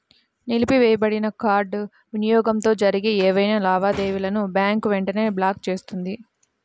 నిలిపివేయబడిన కార్డ్ వినియోగంతో జరిగే ఏవైనా లావాదేవీలను బ్యాంక్ వెంటనే బ్లాక్ చేస్తుంది